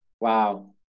wow